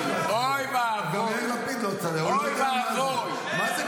חברת הכנסת מרב מיכאלי, אינה נוכחת.